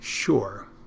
Sure